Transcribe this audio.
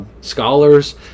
scholars